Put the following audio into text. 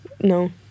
no